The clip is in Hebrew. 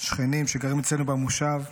שכנים שגרים אצלנו במושב.